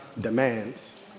demands